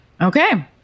Okay